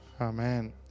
Amen